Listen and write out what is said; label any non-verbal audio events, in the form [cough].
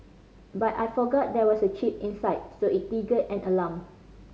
but I forgot there was a chip inside so it [unintelligible] an alarm